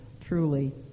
truly